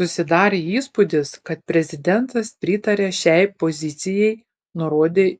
susidarė įspūdis kad prezidentas pritaria šiai pozicijai nurodė